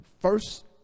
first